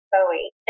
Bowie